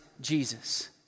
Jesus